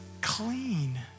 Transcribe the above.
clean